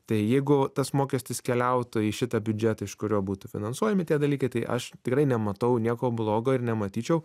tai jeigu tas mokestis keliautų į šitą biudžetą iš kurio būtų finansuojami tie dalykai tai aš tikrai nematau nieko blogo ir nematyčiau